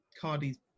Cardi's